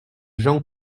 jean